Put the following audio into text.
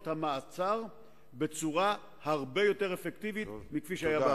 המעצר בצורה הרבה יותר אפקטיבית מכפי שעשו בעבר.